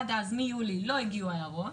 עד אז, מיולי, לא הגיעו ההערות.